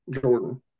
Jordan